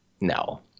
No